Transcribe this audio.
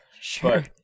Sure